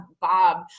Bob